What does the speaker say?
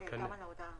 וגם ההודעה.